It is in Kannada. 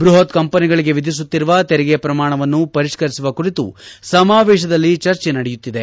ಬೃಹತ್ ಕಂಪನಿಗಳಿಗೆ ವಿಧಿಸುತ್ತಿರುವ ತೆರಿಗೆ ಪ್ರಮಾಣವನ್ನು ಪರಿಷ್ಠರಿಸುವ ಕುರಿತು ಸಮಾವೇಶದಲ್ಲಿ ಚರ್ಚೆ ನಡೆಯುತ್ತಿದೆ